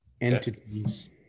entities